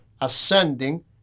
ascending